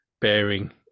bearing